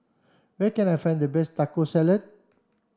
where can I find the best Taco Salad